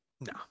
No